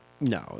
No